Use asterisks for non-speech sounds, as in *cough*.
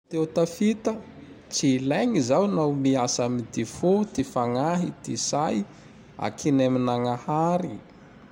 *noise* Te ho tafita! Tsy iligny zao na miasa am *noise* ty fo, *noise* ty fagnahy, *noise* ty say! Akiny ami-Nagnahary. *noise*